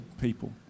people